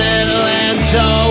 Atlanta